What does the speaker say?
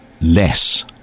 less